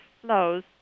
flows